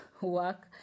work